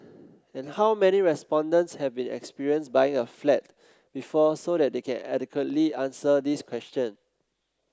and how many respondents have been experience buying a flat before so that they can adequately answer this question